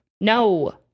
No